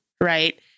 right